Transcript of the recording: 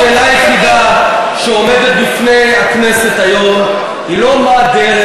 השאלה היחידה שעומדת בפני הכנסת היום היא לא מה הדרך,